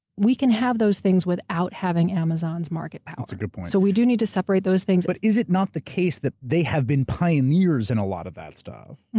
we can have those things without having amazon's market power. that's a good point. so we do need to separate those things. but is it not the case that they have been pioneers in a lot of that stuff?